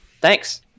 Thanks